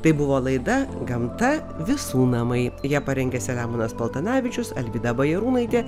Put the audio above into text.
tai buvo laida gamta visų namai ją parengė selemonas paltanavičius alvyda bajarūnaitė